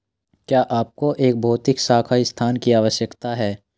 क्या आपको एक भौतिक शाखा स्थान की आवश्यकता है?